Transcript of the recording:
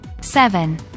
Seven